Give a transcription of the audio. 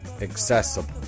accessible